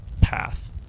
path